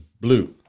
blue